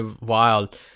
wild